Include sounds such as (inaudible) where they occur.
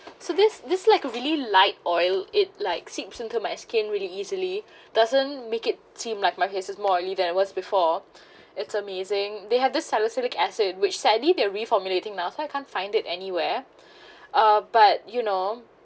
so this this like a really light oil it like seeps into my skin really easily (breath) doesn't make it seem like my faces more oily than it was before (breath) it's amazing they had this salicylic acid which sadly they reformulating now so I can't find it anywhere (breath) uh but you know